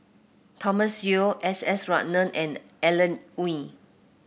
Thomas Yeo S S Ratnam and Alan Oei